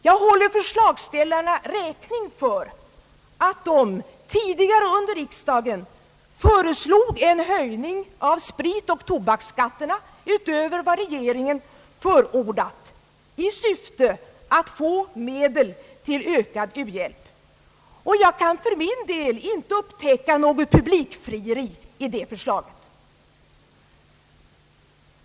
Jag håller förslagsställarna räkning för att de tidigare under riksdagen föreslog en höjning av spritoch tobaksskatterna utöver vad regeringen förordat i syfte att få medel till ökad u-hjälp, och jag kan för min del inte upptäcka något publikfrieri i det fallet.